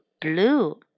blue